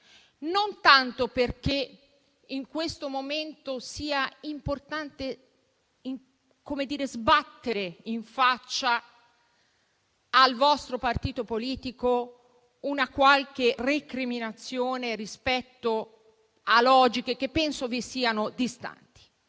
non tanto perché in questo momento sia importante sbattere in faccia al vostro partito politico una qualche recriminazione rispetto a logiche che penso vi siano distanti,